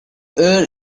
err